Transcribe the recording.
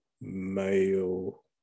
male